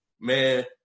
man